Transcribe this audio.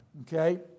okay